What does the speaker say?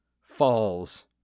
falls